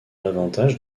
l’avantage